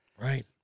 Right